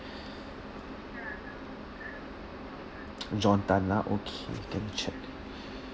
john tan ah okay let me check